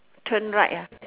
turn right ah